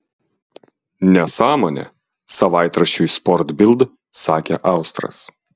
nesąmonė savaitraščiui sport bild sakė austras